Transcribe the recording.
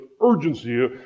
Urgency